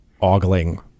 ogling